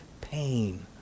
pain